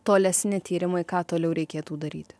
tolesni tyrimai ką toliau reikėtų daryti